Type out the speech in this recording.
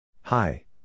hi